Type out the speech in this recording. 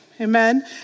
amen